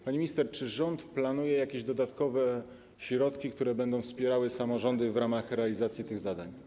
Pani minister, czy rząd planuje jakieś dodatkowe środki, które będą wspierały samorządy w realizacji tych zadań?